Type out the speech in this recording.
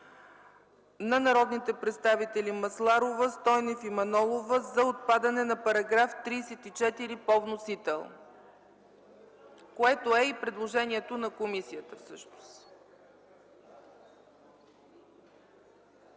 на народните представители Масларова, Стойнев и Манолова за отпадане на § 34 по вносител, което всъщност е и предложението на комисията.